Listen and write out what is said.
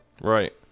Right